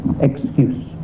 excuse